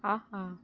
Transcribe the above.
ஆஹா